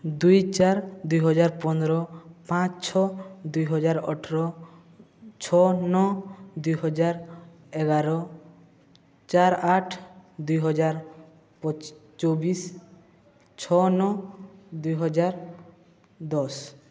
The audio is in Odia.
ଦୁଇ ଚାର ଦୁଇ ହଜାର ପନ୍ଦର ପାଞ୍ଚ ଛଅ ଦୁଇ ହଜାର ଅଠର ଛଅ ନଅ ଦୁଇ ହଜାର ଏଗାର ଚାର ଆଠ ଦୁଇ ହଜାର ପଚିଶ ଚବିଶ ଛଅ ନଅ ଦୁଇ ହଜାର ଦଶ